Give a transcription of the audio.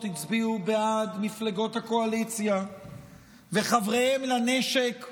הצביעו בעד מפלגות הקואליציה וחבריהם לנשק הצביעו,